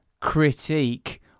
critique